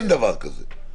אין דבר כזה.